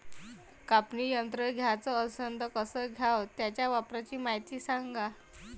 कापनी यंत्र घ्याचं असन त कस घ्याव? त्याच्या वापराची मायती सांगा